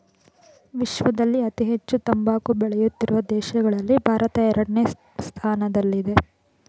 ವಿಶ್ವದಲ್ಲಿ ಅತಿ ಹೆಚ್ಚು ತಂಬಾಕು ಬೆಳೆಯುತ್ತಿರುವ ದೇಶಗಳಲ್ಲಿ ಭಾರತ ಎರಡನೇ ಸ್ಥಾನದಲ್ಲಿದೆ